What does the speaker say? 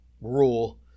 rule